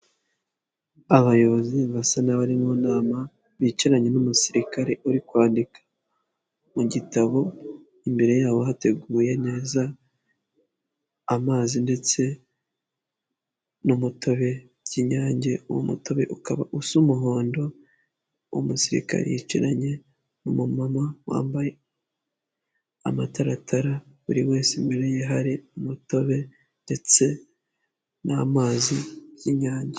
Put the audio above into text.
Abayobozi basa n'abari mu nama bicaranye n'umusirikare uri kwandika mu gitabo, imbere yabo hateguye neza amazi ndetse n'umutobe kinyange. Uwo mutobe ukaba usa umuhondo, umusirikare yicaranye n'umumama wambaye amataratara, buri wese imbere ye hari umutobe ndetse n'amazi y'inyange.